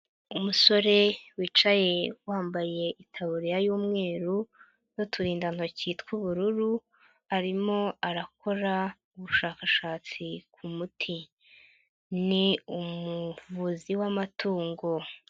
Umusore wicaye wambaye itaburiya y'umweru n'uturindantoki tw'ubururu arimo arakora ubushakashatsi ku muti, ni umuvuzi w'amatungo.